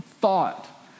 thought